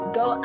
go